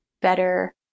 better